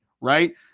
right